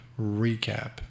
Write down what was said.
Recap